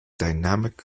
dynamic